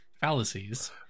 Fallacies